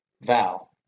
Val